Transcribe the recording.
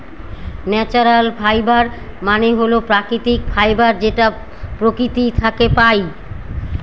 natural fibre মানে হল প্রাকৃতিক ফাইবার যেটা প্রকৃতি থাকে পাই